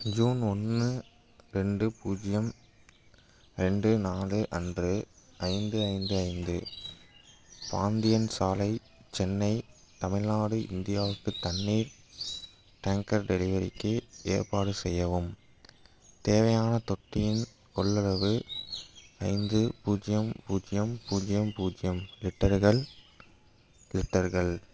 June ஒன்று ரெண்டு பூஜ்ஜியம் ரெண்டு நாலு அன்று ஐந்து ஐந்து ஐந்து பாந்தியன் சாலை சென்னை தமிழ்நாடு இந்தியாவுக்கு தண்ணீர் டேங்கர் டெலிவரிக்கு ஏற்பாடு செய்யவும் தேவையான தொட்டியின் கொள்ளவு ஐந்து பூஜ்ஜியம் பூஜ்ஜியம் பூஜ்ஜியம் பூஜ்ஜியம் லிட்டருகள் லிட்டருகள்